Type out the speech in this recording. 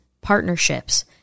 partnerships